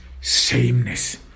sameness